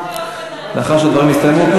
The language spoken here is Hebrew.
לאחר שהדברים יסתיימו.